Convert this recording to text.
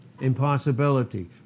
impossibility